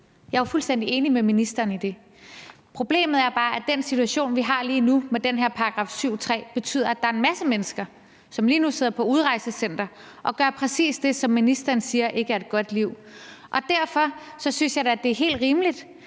Jeg er jo fuldstændig enig med ministeren i det. Problemet er bare, at den situation, vi har lige nu, med den her § 7, stk. 3, betyder, at der er en masse mennesker, som lige nu sidder på udrejsecenter og gør præcis det, som ministeren siger ikke er et godt liv. Og derfor synes jeg da, at det er helt rimeligt,